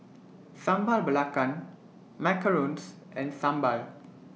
Sambal Belacan Macarons and Sambal